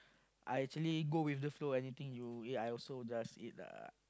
I actually go with the flow anything you eat I also just eat lah